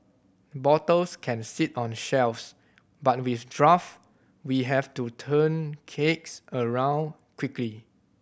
bottles can sit on shelves but with draft we have to turn kegs around quickly